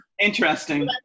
Interesting